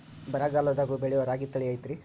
ಬರಗಾಲದಾಗೂ ಬೆಳಿಯೋ ರಾಗಿ ತಳಿ ಐತ್ರಿ?